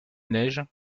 neige